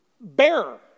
bearer